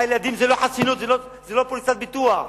הילדים זה לא חסינות, זה לא פוליסת ביטוח.